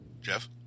Jeff